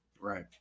right